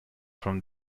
from